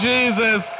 Jesus